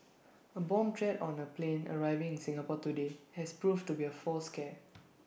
A bomb threat on A plane arriving in Singapore today has proved to be A false scare